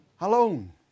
Alone